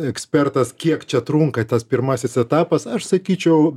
ekspertas kiek čia trunka tas pirmasis etapas aš sakyčiau